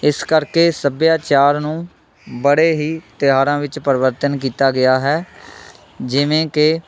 ਇਸ ਕਰਕੇ ਸੱਭਿਆਚਾਰ ਨੂੰ ਬੜੇ ਹੀ ਤਿਉਹਾਰਾਂ ਵਿੱਚ ਪਰਿਵਰਤਨ ਕੀਤਾ ਗਿਆ ਹੈ ਜਿਵੇਂ ਕਿ